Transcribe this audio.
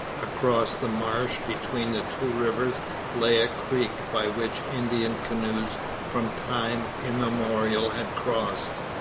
across the marsh between the two rivers lay a creek by which indian canoes from time immemorial had crossed.